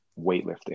weightlifting